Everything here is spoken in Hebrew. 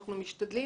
אנחנו משתדלים.